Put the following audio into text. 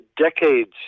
decades